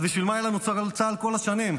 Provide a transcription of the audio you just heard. בשביל מה היה לנו צורך בצה"ל כל השנים?